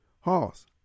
Hoss